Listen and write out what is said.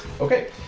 Okay